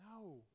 no